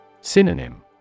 Synonym